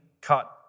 cut